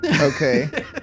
Okay